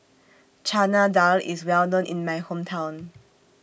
Chana Dal IS Well known in My Hometown